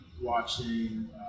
watching